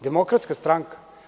Demokratska stranka.